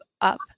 up